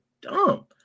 dumb